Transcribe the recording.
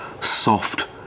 soft